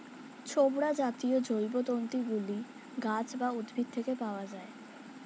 ছোবড়া জাতীয় জৈবতন্তু গুলি গাছ বা উদ্ভিদ থেকে পাওয়া যায়